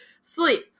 sleep